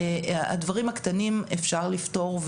את הדברים הקטנים אפשר לפתור,